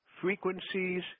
frequencies